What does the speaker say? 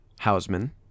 Hausman